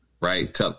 right